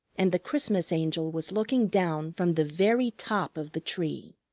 and the christmas angel was looking down from the very top of the tree.